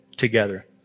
together